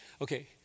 Okay